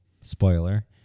Spoiler